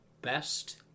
Best